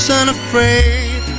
unafraid